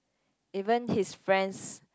even his friends